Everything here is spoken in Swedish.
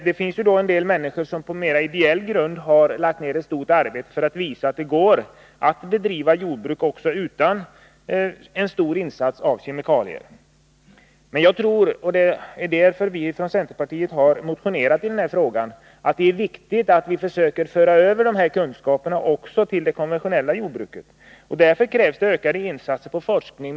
Det finns en del människor som på mera ideell grund har lagt ner ett stort arbete för att visa att det går att bedriva jordbruk också utan en stor tillsats av kemikalier. Jag tror att — och det är detta som vi från centerpartiet har motionerat om — det är viktigt att vi för över de här kunskaperna också till det konventionella jordbruket. Därför krävs det ökade insatser i fråga om forskning.